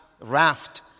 raft